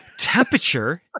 temperature